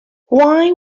why